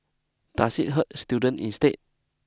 does it hurt student instead